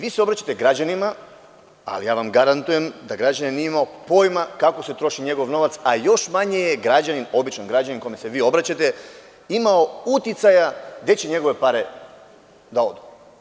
Vi se obraćate građanima, ali ja vam garantujem da građanin nije imao pojma kako se troši njegov novac, a još manje običan građanin kome se vi obraćate, imao uticaja gde će njegove pare da odu.